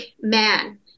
man